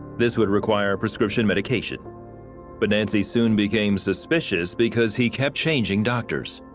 this would require prescription medication but nancy soon became suspicious because he kept changing doctors.